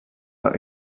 are